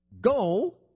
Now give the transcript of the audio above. Go